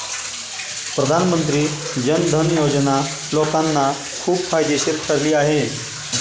प्रधानमंत्री जन धन योजना लोकांना खूप फायदेशीर ठरली आहे